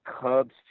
Cubs